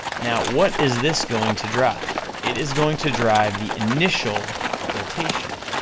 now what is this going to drive? it is going to drive the initial rotation,